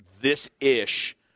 this-ish